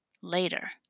Later